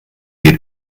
geht